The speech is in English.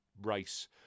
race